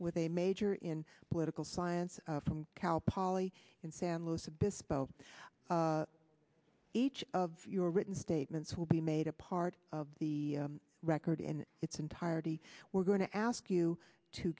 with a major in political science from cal poly in san luis obispo each of your written statements will be made a part of the record in its entirety we're going to ask you to